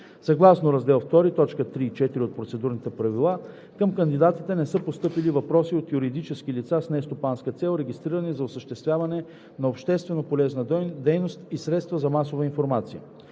Съгласно Раздел II, т. 3 и 4 от Процедурните правила към кандидатите не са постъпили въпроси от юридически лица с нестопанска цел, регистрирани за осъществяване на общественополезна дейност и средства за масова информация.